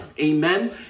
Amen